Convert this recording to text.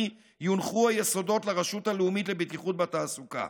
יונחו היסודות לרשות הלאומית לבטיחות בתעסוקה.